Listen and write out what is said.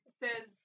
says